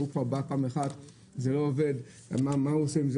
ההוא כבר בא פעם אחת וזה לא עובד מה עושים עם זה?